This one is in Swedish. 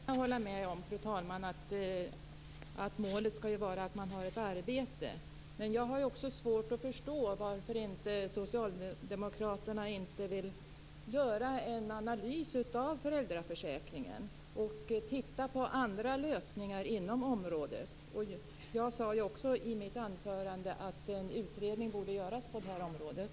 Fru talman! Jag kan hålla med om att målet skall vara att man har ett arbete. Men jag har svårt att förstå varför inte socialdemokraterna vill göra en analys av föräldraförsäkringen och titta på andra lösningar inom området. Jag sade i mitt anförande att en utredning borde göras på det här området.